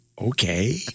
okay